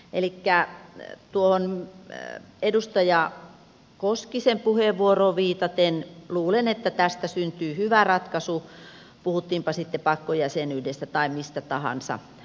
elikkä tuohon edustaja koskisen puheenvuoroon viitaten luulen että tästä syntyy hyvä ratkaisu puhuttiinpa sitten pakkojäsenyydestä tai mistä tahansa